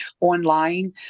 online